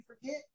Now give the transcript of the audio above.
forget